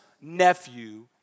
nephew